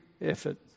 effort